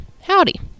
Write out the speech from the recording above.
howdy